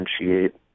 differentiate